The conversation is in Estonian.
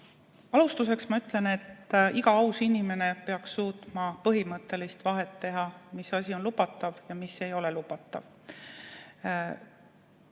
Alustuseks ma ütlen, et iga aus inimene peaks suutma põhimõttelist vahet teha, mis on lubatav ja mis ei ole lubatav.